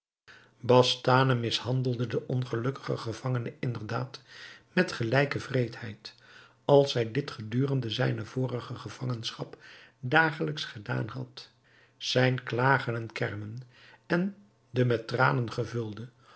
bastane mishandelde den ongelukkigen gevangene inderdaad met gelijke wreedheid als zij dit gedurende zijne vorige gevangenschap dagelijks gedaan had zijn klagen en kermen en de met tranen gevulde